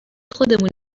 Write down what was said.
خودمون